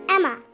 Emma